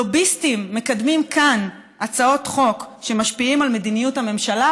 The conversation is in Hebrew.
לוביסטים מקדמים כאן הצעות חוק שמשפיעות על מדיניות הממשלה,